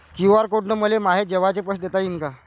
QR code न मले माये जेवाचे पैसे देता येईन का?